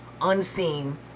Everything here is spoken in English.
unseen